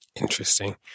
Interesting